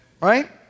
Right